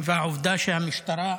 והעובדה שהמשטרה,